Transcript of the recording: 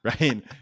right